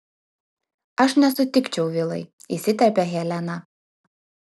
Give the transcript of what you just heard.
aš nesutikčiau vilai įsiterpia helena